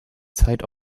zeit